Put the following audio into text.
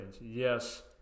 Yes